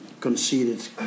conceded